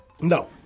No